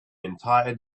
entire